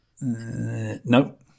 Nope